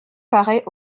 paraît